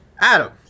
Adam